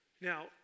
Now